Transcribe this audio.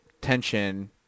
tension